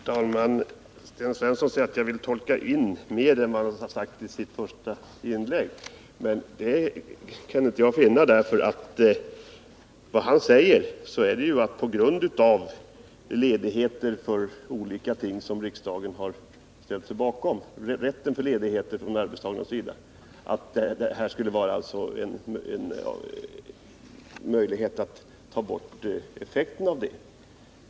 Herr talman! Sten Svensson säger att jag vill tolka in mer i hans första inlägg än vad han har sagt. Det kan jag nu inte finna, därför att vad han säger är ju att privat arbetsförmedling erbjuder en möjlighet att ta bort effekten av arbetstagarnas rätt till ledighet för olika ändamål, som riksdagen har ställt sig bakom.